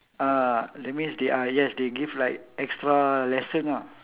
ah that means they are yes they give like extra lesson ah